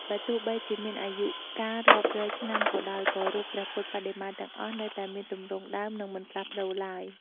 បើ់ទោះបីជាមានអាយុកាលរាប់រយឆ្នាំក៏ដោយ ក៏រូបព្រះពុទ្ធបដិមាទាំងអស់ នៅតែមានទម្រង់ដើម នឹងមិនផ្លាស់ប្តូរឡើយ ។